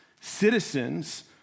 citizens